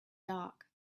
dark